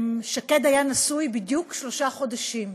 שקד היה נשוי בדיוק שלושה חודשים,